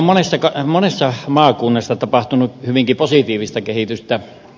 meillä on monessa maakunnassa tapahtunut hyvinkin positiivista kehitystä